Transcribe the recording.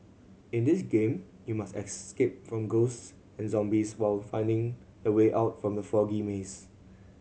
in this game you must escape from ghosts and zombies while finding the way out from the foggy maze